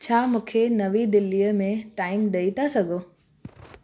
छा मूंखे नई दिल्लीअ में टाइम ॾेई था सघो